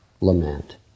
lament